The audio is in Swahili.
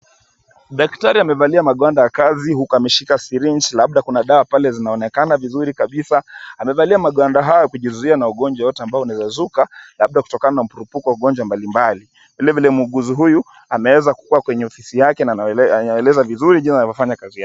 Daktari amevalia magwanda ya kazi huku ameshika syringe labda kuna dawa zinaonekana vizuri kabisa, amevalia magwanda hayo kujizuia ugonjwa wowote labda kutokana na mkurupoko wa magonjwa mbalimbali, vile vile muuguzi huyu ameeza kuwa kwenye ofisi yake anaeleza vizuri jinsi anavyofanya kazi yake.